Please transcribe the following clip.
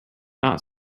not